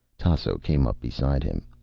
tasso came up beside him.